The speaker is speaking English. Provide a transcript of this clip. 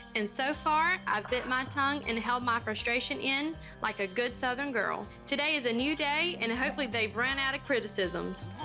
and so far, i've bit my tongue, and held my frustration in like a good southern girl. today is a new day, and hopefully they've run out of criticisms.